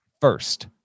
first